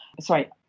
sorry